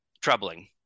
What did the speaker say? troubling